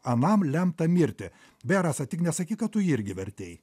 anam lemta mirti beja rasa tik nesakyk kad tu irgi vertei